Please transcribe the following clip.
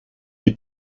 die